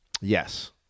Yes